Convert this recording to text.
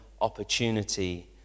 opportunity